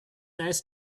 nice